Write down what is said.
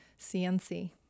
cnc